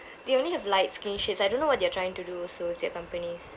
they only have light skin shades I don't know what they are trying to do also with their companies